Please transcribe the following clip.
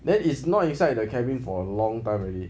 then it's not inside the cabin for a long time already